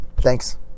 Thanks